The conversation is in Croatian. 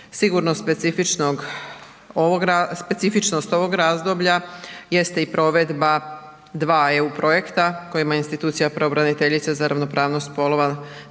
Sigurno specifičnost ovog razdoblja jeste i provedba dva EU projekta kojima je institucija pravobraniteljice za ravnopravnost spolova